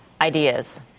ideas